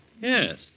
Yes